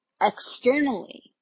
externally